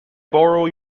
borrow